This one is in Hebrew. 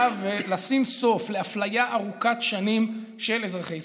ולשים סוף לאפליה ארוכת שנים של אזרחי ישראל.